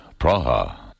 Praha